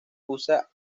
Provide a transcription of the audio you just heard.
usa